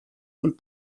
und